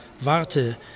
Warte